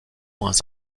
moins